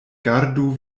gardu